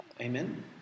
Amen